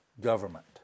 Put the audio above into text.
government